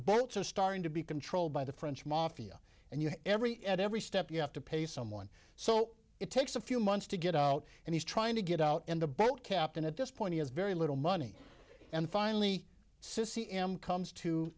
belts are starting to be controlled by the french mafia and you know every at every step you have to pay someone so it takes a few months to get out and he's trying to get out and the boat captain at this point has very little money and finally says c m comes to